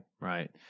right